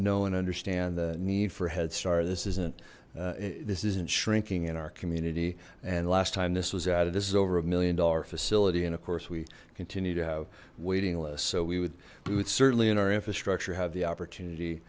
know and understand the need for head start this isn't this isn't shrinking in our community and last time this was added this is over a million dollar facility and of course we continue to have waiting lists so we would we would certainly in our infrastructure have the opportunity